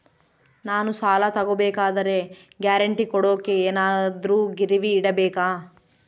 ನಾನು ಸಾಲ ತಗೋಬೇಕಾದರೆ ಗ್ಯಾರಂಟಿ ಕೊಡೋಕೆ ಏನಾದ್ರೂ ಗಿರಿವಿ ಇಡಬೇಕಾ?